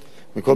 מכל מקום,